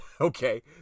Okay